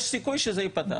ויש סיכוי שזה ייפתח.